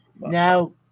Now